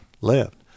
left